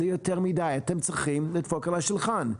אתם צריכים לדפוק על השולחן.